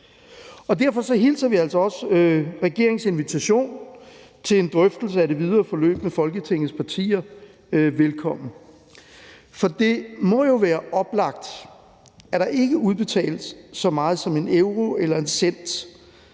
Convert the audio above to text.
Og derfor hilser vi altså også regeringens invitation til en drøftelse af det videre forløb med Folketingets partier velkommen. For det må jo være oplagt, at der ikke udbetales så meget som 1 euro eller 1 cent